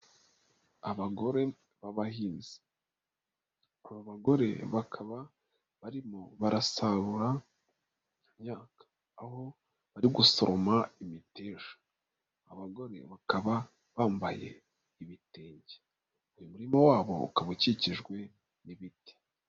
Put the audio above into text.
Abagore b'abahinzi, aba bagore bakaba barimo barasarura imyaka aho bari gusoroma imiteja, abagore bakaba bambaye ibitenge, uyu murima wabo ukaba ukikijwe n'ibiti.